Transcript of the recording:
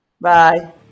Bye